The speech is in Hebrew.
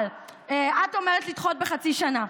אבל את אומרת לדחות בחצי שנה,